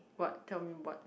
what tell me what